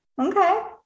Okay